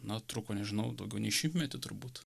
na truko nežinau daugiau nei šimtmetį turbūt